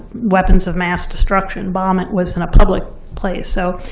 weapons of mass destruction, bombing, it was in a public place. so